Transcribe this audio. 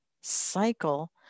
cycle